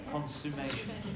Consumation